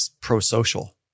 pro-social